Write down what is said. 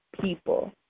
people